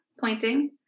pointing